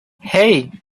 hey